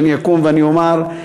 שאני אקום ואני אומר.